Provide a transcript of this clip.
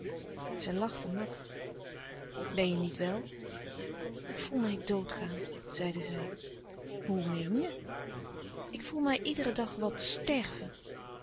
zij lachte mat ben je niet wel ik voel mij doodgaan zeide zij hoe meen je ik voel mij iederen dag wat sterven